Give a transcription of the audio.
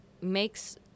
makes